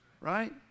right